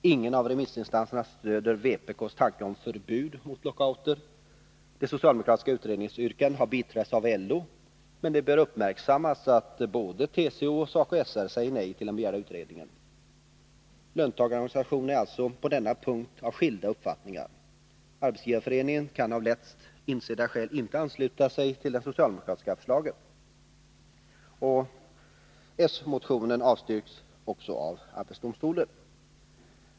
Ingen av remissinstanserna stöder vpk:s tanke på förbud mot lockouter. Det socialdemokratiska utredningsyrkandet har biträtts av LO, men det bör uppmärksammas att både TCO och SACO/SR säger nej till den begärda utredningen. Löntagarorganisationerna är alltså på denna punkt av skilda uppfattningar. Arbetsgivareföreningen kan av lätt insedda skäl inte ansluta sig till det socialdemokratiska förslaget. S-motionen avstyrks också av arbetsdomstolen.